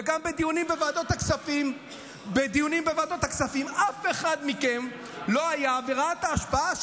גם בדיונים בוועדת הכספים אף אחד מכם לא היה וראה את ההשפעה.